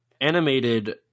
animated